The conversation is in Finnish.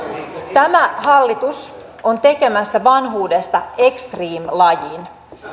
tämä hallitus on tekemässä vanhuudesta extremelajin